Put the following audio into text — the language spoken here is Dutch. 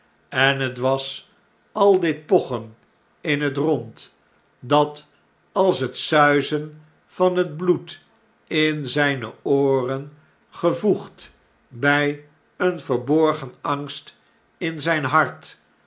en bet was al dit pochen in het rond dat als het suizen van het bloed in zpe ooren gevoegd bij een verborgen angst in zgn hart